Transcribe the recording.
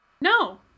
No